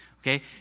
Okay